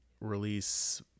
release